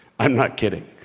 i'm not kidding,